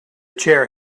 chair